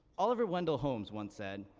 oliver wendell holmes once said,